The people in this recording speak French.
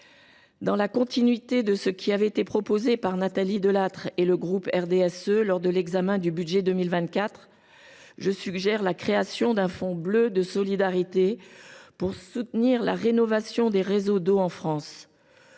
Dans la continuité de ce qui avait été proposé par Nathalie Delattre et le groupe du RDSE lors de l’examen du projet de loi de finances pour 2024, je suggère la création d’un fonds bleu de solidarité pour soutenir la rénovation des réseaux d’eau en France.